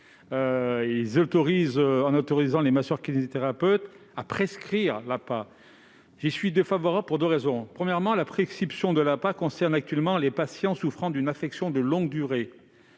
plus loin, en autorisant les masseurs-kinésithérapeutes à prescrire l'APA. J'y suis défavorable pour deux raisons. Premièrement, la prescription d'APA concerne actuellement des patients souffrant d'une affection de longue durée,